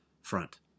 front